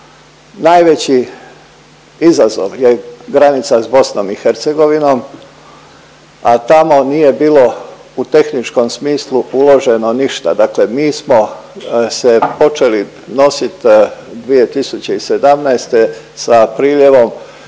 najveći izazov je granica s BiH, a tamo nije bilo u tehničkom smislu uloženo ništa. Dakle, mi smo se počeli nosit 2017. sa priljevom